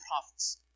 prophets